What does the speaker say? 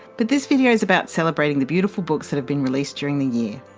but this video is about celebrating the beautiful books that have been released during the year.